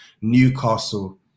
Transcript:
Newcastle